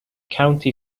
county